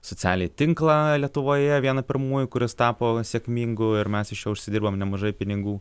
socialį tinklą lietuvoje vieną pirmųjų kuris tapo sėkmingu ir mes iš jo užsidirbam nemažai pinigų